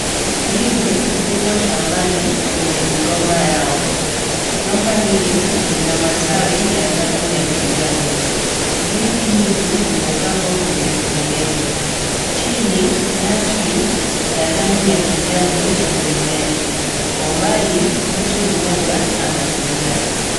Ndizi, ziko shambani, kwenye migomba yao. Migomba hii, ina matawi ya rangi ya kijani. Ndizi hizi, zimepangwa kwenye foleni. Chini, nyasi ya rangi ya kijani, imemea. Kwa umbali, mtu mmoja, anatembea.